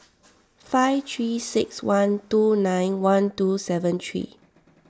five three six one two nine one two seven three